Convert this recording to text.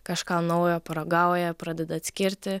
kažką naujo paragauja pradeda atskirti